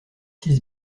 six